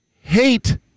hate